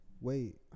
Wait